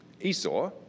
Esau